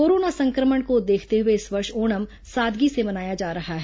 corona संक्रमण को देखते हुए इस वर्ष ओणम सादगी से मनाया जा रहा है